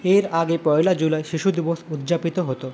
এর আগে পয়লা জুলাই শিশু দিবস উদ্যাপিত হতো